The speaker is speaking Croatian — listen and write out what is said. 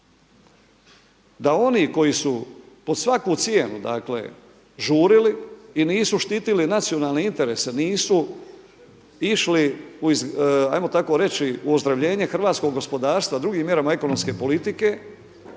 da oni koji su pod svaku cijenu dakle žurili i nisu štitili nacionalne interese, nisu išli ajmo tako reći u ozdravljenje hrvatskog gospodarstva, drugim mjerama ekonomske politike